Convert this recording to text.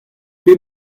bet